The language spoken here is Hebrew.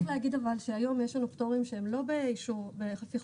להגיד שהיום שלפי חוק התקשורת יש לנו פטורים שהם לא באישור ועדה.